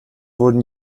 wurden